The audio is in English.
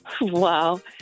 Wow